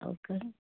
okay